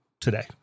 today